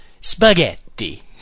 Spaghetti